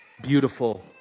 beautiful